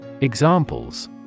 Examples